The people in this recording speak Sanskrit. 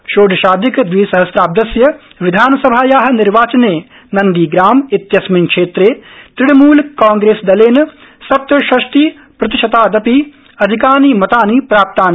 षोडशाधिक दविसहस्राब्दस्य विधानसभाया निर्वाचने नन्दीग्राम इत्यस्मिन् क्षेत्रे तृणमूल कांग्रेसदलेन सप्तषष्टिप्रतिशतादपि अधिकानि मतानि प्राप्तानि